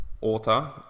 author